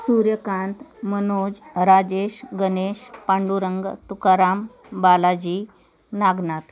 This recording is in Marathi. सूर्यकांत मनोज राजेश गणेश पांडुरंग तुकाराम बालाजी नागनाथ